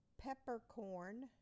Peppercorn